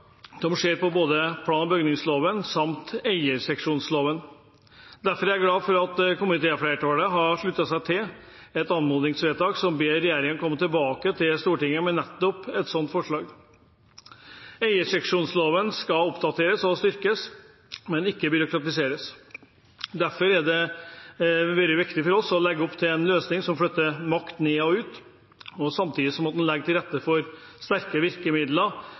som ser på både plan- og bygningsloven og eierseksjonsloven. Derfor er jeg glad for at komitéflertallet har sluttet seg til et anmodningsvedtak som ber regjeringen komme tilbake til Stortinget med nettopp et slikt forslag. Eierseksjonsloven skal oppdateres og styrkes, men ikke byråkratiseres. Derfor har det vært viktig for oss å legge opp til en løsning som flytter makt ned og ut, samtidig som en legger til rette for sterke virkemidler